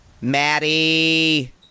Maddie